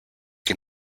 can